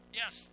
yes